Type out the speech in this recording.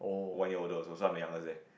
one year older also so I'm the youngest there